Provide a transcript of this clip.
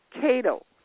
Cato